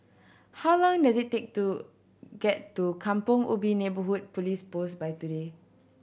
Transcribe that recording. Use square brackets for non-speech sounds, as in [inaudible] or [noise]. how long does it take to get to Kampong Ubi Neighbourhood Police Post by [unintelligible]